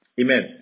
Amen